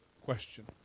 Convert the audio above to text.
question